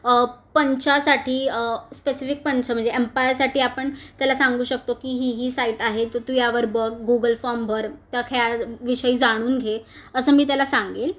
पंछासाठी specific पंच म्हणजे एम्पायसाठी आपण त्याला सांगू शकतो की ही ही साईट आहे तं तू यावर बघ गुगल फॉर्मभर त्या खेळा विषयी जाणून घे असं मी त्याला सांगेल